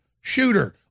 shooter